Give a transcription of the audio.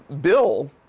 Bill